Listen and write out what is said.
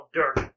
dirt